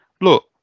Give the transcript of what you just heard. look